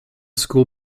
school